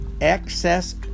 excess